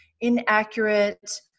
inaccurate